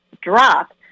drop